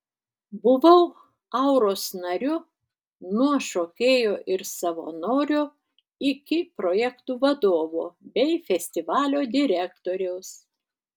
buvau auros nariu nuo šokėjo ir savanorio iki projektų vadovo bei festivalio direktoriaus